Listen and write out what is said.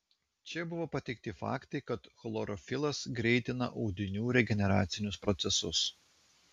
čia buvo pateikti faktai kad chlorofilas greitina audinių regeneracinius procesus